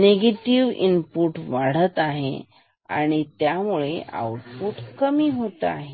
negative input वाढत आहे त्यामुळे आउटपुट कमी होत आहे